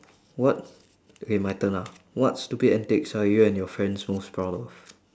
what okay my turn ah what stupid antics are you and your friends most proud of